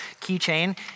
keychain